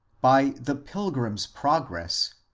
by the pilgrim's progress,